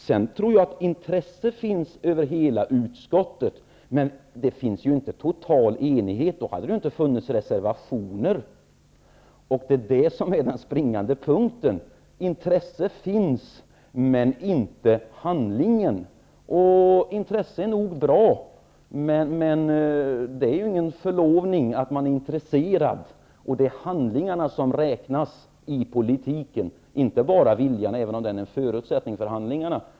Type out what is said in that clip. Sedan tror jag att intresse finns i hela utskottet, men det råder ju inte total enighet -- då hade det inte funnits reservationer. Det är det som är den springande punkten. Intresset finns men inte handlingen. Och intresse är nog bra, men det är ju ingen förlovning att man är intresserad -- det är handlingarna som räknas i politiken, inte bara viljan, även om den är en förutsättning för handlingarna.